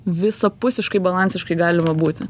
visapusiškai balansiškai galima būti